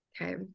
Okay